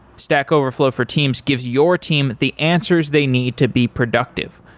stack overflow for teams gives your team the answers they need to be productive.